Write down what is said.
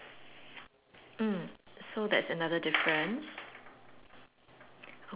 mm so that's another difference